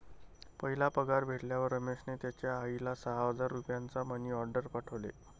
पहिला पगार भेटल्यावर रमेशने त्याचा आईला सहा हजार रुपयांचा मनी ओर्डेर पाठवले